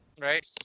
Right